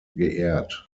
geehrt